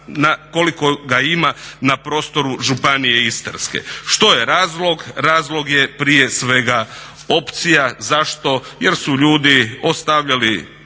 koliko ga ima na prostoru županije Istarske. Što je razlog? Razlog je prije svega opcija. Zašto? Jer su ljudi ostavljali